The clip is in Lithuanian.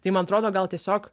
tai man atrodo gal tiesiog